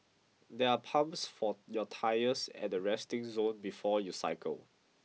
there are pumps for your tyres at the resting zone before you cycle